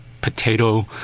potato